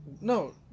No